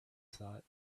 thought